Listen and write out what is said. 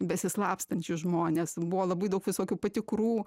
besislapstančius žmones buvo labai daug visokių patikrų